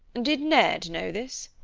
did ned know this?